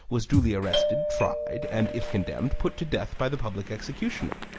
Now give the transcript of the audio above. was duly arrested, tried and, if condemned, put to death by the public executioner.